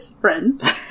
friends